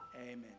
Amen